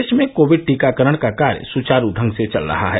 प्रदेश में कोविड टीकाकरण का कार्य सुचारू ढंग से चल रहा है